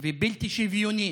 מאוד ובלתי שוויונית.